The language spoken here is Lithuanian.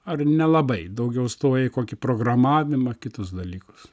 ar nelabai daugiau stoja į kokį programavimą kitus dalykus